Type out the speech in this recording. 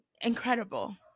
incredible